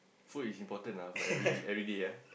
so is important lah for every every day ya